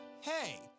Hey